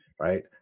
right